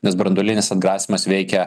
nes branduolinis atgrasymas veikia